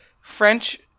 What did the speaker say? French